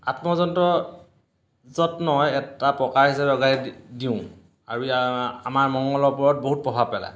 আত্মযন্ত্ৰ যত্ন এটা প্ৰকাৰ হিচাপে লগাই দিওঁ আৰু ইয়াৰ আমাৰ মঙ্গলৰ ওপৰত বহুত প্ৰভাৱ পেলায়